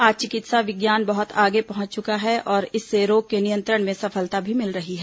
आज चिकित्सा विज्ञान बहुत आगे पहुंच चुका है और इससे रोग के नियंत्रण में सफलता भी मिल रही है